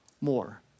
more